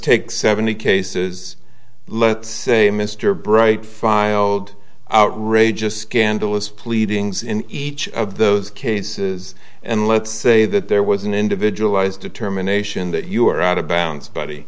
take seventy cases let's say mr bright filed out re just scandalous pleadings in each of those cases and let's say that there was an individualized determination that you are out of bounds buddy